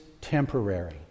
temporary